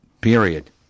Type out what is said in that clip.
period